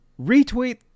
retweet